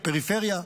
בפריפריה,